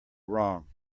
wrong